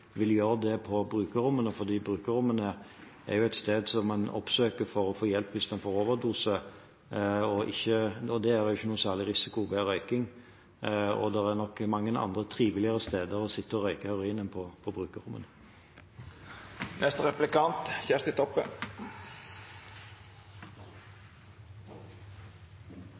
vil gjøre det på brukerrommene, for brukerrommene er jo et sted som man oppsøker for å få hjelp hvis en tar overdose. Det er ikke noen særlig risiko ved røyking. Det er nok mange andre trivelige steder å sitte og røyke heroin enn på